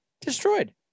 destroyed